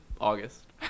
August